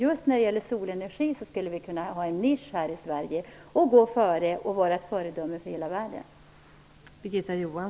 Just solenergin skulle vi kunna ha som en nisch här i Sverige. Vi skulle kunna gå före och vara ett föredöme för hela världen.